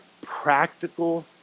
practical